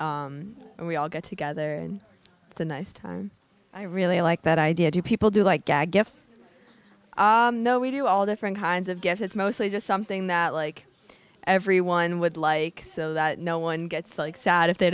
day and we all get together and it's a nice time i really like that idea do people do like gag gifts i know we do all different kinds of get it's mostly just something that like everyone would like so that no one gets sad if they